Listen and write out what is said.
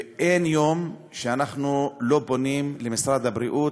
ואין יום שאנחנו לא פונים אל משרד הבריאות,